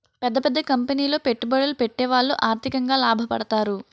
పెద్ద పెద్ద కంపెనీలో పెట్టుబడులు పెట్టేవాళ్లు ఆర్థికంగా లాభపడతారు